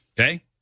Okay